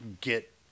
get